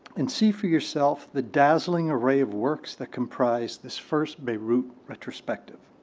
and see for yourself the dazzling array of works that comprise this first bierut retrospective.